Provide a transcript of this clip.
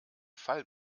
fall